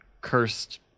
cursed